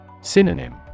Synonym